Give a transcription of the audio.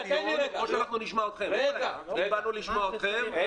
באנו לשמוע אותך.